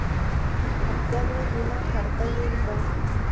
हप्त्यांवर विमा काढता येईल का?